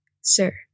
Sir